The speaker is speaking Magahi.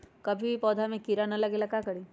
कभी भी पौधा में कीरा न लगे ये ला का करी?